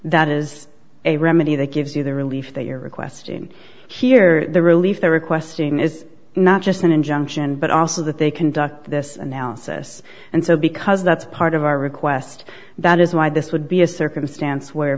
that is a remedy that gives you the relief that you're requesting here the relief they're requesting is not just an injunction but also that they conduct this analysis and so because that's part of our request that is why this would be a circumstance where